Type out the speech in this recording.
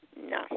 No